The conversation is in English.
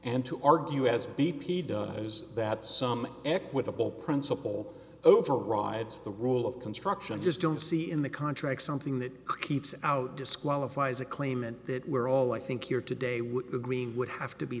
and to argue as b p does that some equitable principle overrides the rule of construction just don't see in the contract something that keeps out disqualifies a claimant that we're all i think here today would